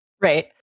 Right